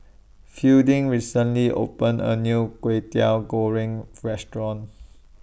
Fielding recently opened A New Kwetiau Goreng Restaurant